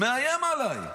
מאיים עליי: